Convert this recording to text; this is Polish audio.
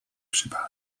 przypadek